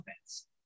offense